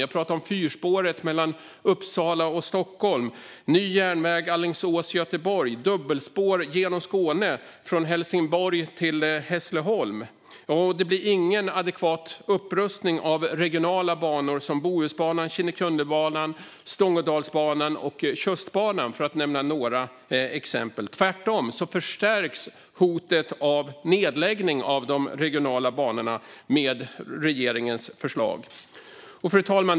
Jag talar om fyrspåret mellan Uppsala och Stockholm, ny järnväg Alingsås-Göteborg och dubbelspår genom Skåne mellan Helsingborg och Hässleholm. Det blir heller ingen adekvat upprustning av regionala banor som Bohusbanan, Kinnekullebanan, Stångådalsbanan och Tjustbanan, för att nämna några. Tvärtom förstärks hotet om nedläggning av de regionala banorna med regeringens förslag. Fru talman!